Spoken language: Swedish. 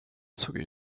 såg